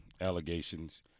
allegations